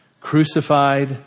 Crucified